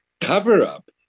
cover-up